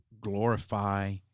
glorify